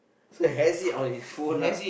so he has it on his phone lah